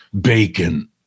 bacon